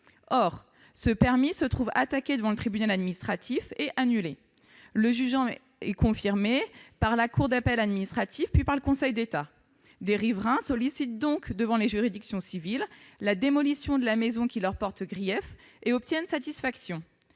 Or ce permis, attaqué devant le tribunal administratif, est annulé. Le jugement est confirmé par la cour d'appel administrative, puis par le Conseil d'État. Des riverains sollicitent devant les juridictions civiles la démolition de la maison qui leur porte grief et obtiennent satisfaction.